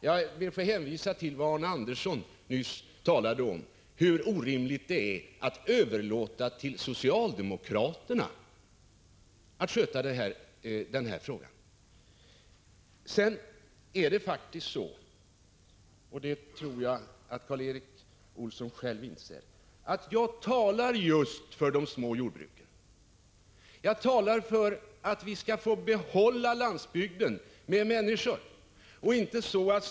Jag ber att få hänvisa till vad Arne Andersson nyss sade om hur orimligt det är att överlåta till socialdemokraterna att sköta den här frågan. Sedan är det faktiskt så, och det tror jag att Karl Erik Olsson själv inser, att jag talar just för de små jordbruken. Jag talar för att vi skall få behålla människor på landsbygden.